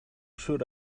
should